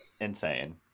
insane